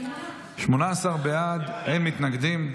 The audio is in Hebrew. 18 בעד, אין מתנגדים.